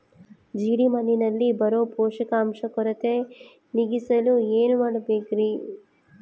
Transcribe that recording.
ಜೇಡಿಮಣ್ಣಿನಲ್ಲಿ ಬರೋ ಪೋಷಕಾಂಶ ಕೊರತೆ ನೇಗಿಸಲು ಏನು ಮಾಡಬೇಕರಿ?